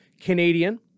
Canadian